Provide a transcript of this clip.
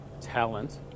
talent